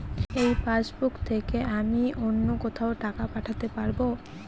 এই পাসবুক থেকে কি আমি অন্য কোথাও টাকা পাঠাতে পারব?